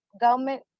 Government